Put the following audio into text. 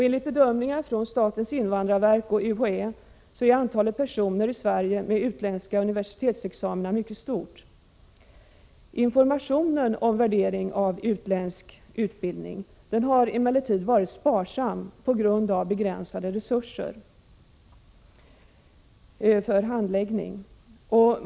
Enligt bedömningar från statens invandrarverk och UHÄ är antalet personer i Sverige med utländska universitetsexamina mycket stort. Informationen om värderingen av utländsk utbildning har emellertid varit sparsam på grund av begränsade resurser för handläggning.